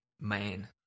man